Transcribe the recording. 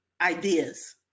ideas